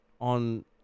on